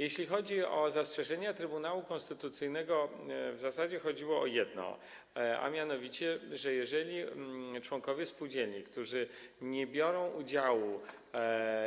Jeśli chodzi o zastrzeżenia Trybunału Konstytucyjnego, to w zasadzie chodziło o jedno, a mianowicie, że jeżeli członkowie spółdzielni, którzy nie biorą udziału